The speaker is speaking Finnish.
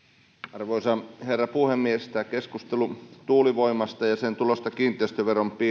arvoisa herra puhemies tämä keskustelu tuulivoimasta ja sen tulosta kiinteistöveron